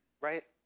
right